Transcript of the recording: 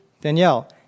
Danielle